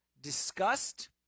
Disgust